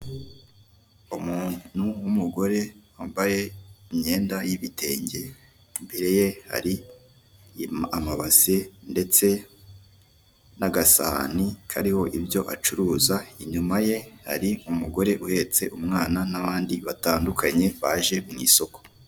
Umuntu w'umugore wambaye imyenda y'ibitenge, imbere ye hari amabase ndetse n'agasahani kariho ibyo acuruza, inyuma ye hari umugore uhetse umwana n'abandi batandukanye baje mu isoko.